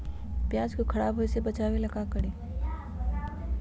प्याज को खराब होय से बचाव ला का करी?